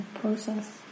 process